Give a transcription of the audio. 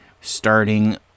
starting